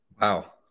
Wow